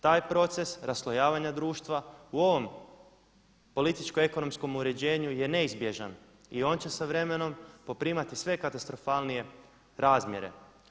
Taj proces raslojavanja društva u ovom političko ekonomskom uređenju je neizbježan i on će sa vremenom poprimati sve katastrofalnije razmjere.